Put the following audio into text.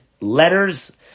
letters